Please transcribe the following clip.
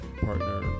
partner